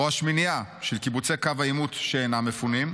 או השמינייה, של קיבוצי קו העימות שאינם מפונים,